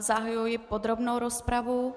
Zahajuji podrobnou rozpravu.